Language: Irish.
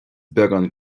beagán